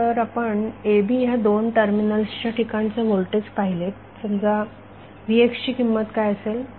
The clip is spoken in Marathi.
जर आपण ab ह्या दोन टर्मिनल्सच्या ठिकाणचे व्होल्टेज पाहिलेत समजा vx ची किंमत काय असेल